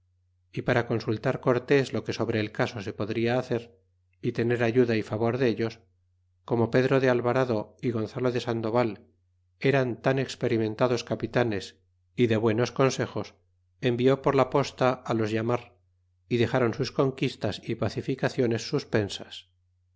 y para consultar cortés lo que sobre el caso se podria hacer é tener ayuda y favor dellos como pedro de alvarado é gonzalo de sandoval eran tan experimentados capitanes y de buenos consejos envió por la posta á los hamar y dexáron sus conquistas é pacificaciones suspensas